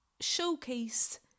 showcase